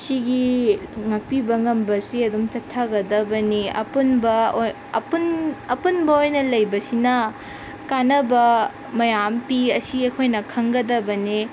ꯁꯤꯒꯤ ꯉꯥꯛꯄꯤꯕ ꯉꯝꯕꯁꯤ ꯑꯗꯨꯝ ꯆꯠꯊꯒꯗꯕꯅꯤ ꯑꯄꯨꯟꯕ ꯑꯄꯨꯟꯕ ꯑꯣꯏꯅ ꯂꯩꯕꯁꯤꯅ ꯀꯥꯟꯅꯕ ꯃꯌꯥꯝ ꯄꯤ ꯑꯁꯤ ꯑꯩꯈꯣꯏꯅ ꯈꯪꯒꯗꯕꯅꯤ